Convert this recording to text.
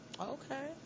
Okay